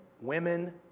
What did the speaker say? women